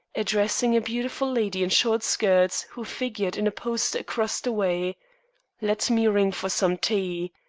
addressing a beautiful lady in short skirts who figured in a poster across the way let me ring for some tea.